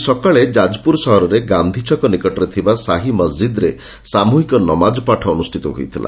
ଆକି ସକାଳେ ଯାଜପୁର ସହରରେ ଗାନ୍ଧୀଛକ ନିକଟରେ ଥିବା ସାହି ମସ୍ଜିଦ୍ରେ ସାମୁହିକ ନମାଜପାଠ ଅନୁଷିତ ହୋଇଥିଲା